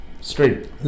Straight